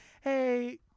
hey